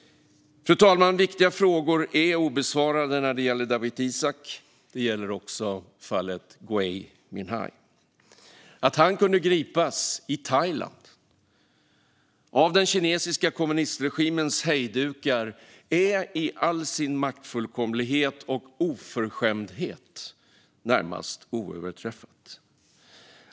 Fru talman! Viktiga frågor är obesvarade när det gäller Dawit Isaak, och det gäller också i fallet med Gui Minhai. Att han kunde gripas i Thailand av den kinesiska kommunistregimens hejdukar är i all sin maktfullkomlighet och oförskämdhet närmast oöverträffat.